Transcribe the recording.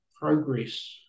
progress